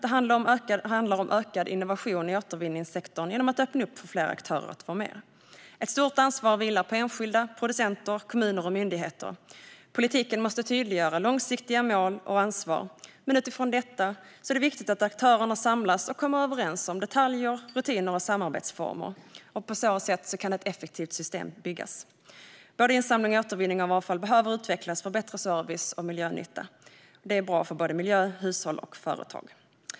Det handlar om ökad innovation i återvinningssektorn genom att öppna för fler aktörer att vara med. Ett stort ansvar vilar på enskilda, producenter, kommuner och myndigheter. Politiken måste tydliggöra långsiktiga mål och ansvar. Men utifrån detta är det viktigt att aktörerna samlas och kommer överens om detaljer, rutiner och samarbetsformer. På så sätt kan ett effektivt system byggas. Både insamling och återvinning av avfall behöver utvecklas för bättre service och miljönytta. Det är bra för miljö, hushåll och företag.